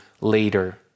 later